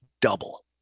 double